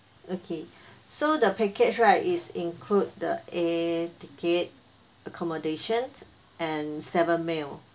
okay so the package right is include the air ticket accommodations and seven meal